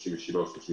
37 או 38,